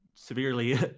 Severely